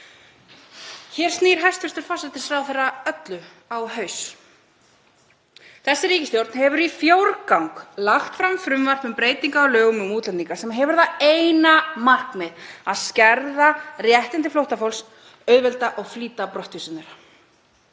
Hér snýr hæstv. forsætisráðherra öllu á haus. Þessi ríkisstjórn hefur í fjórgang lagt fram frumvarp um breytingu á lögum um útlendinga sem hefur það eina markmið að skerða réttindi flóttafólks, auðvelda og flýta brottvísunum.